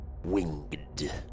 Winged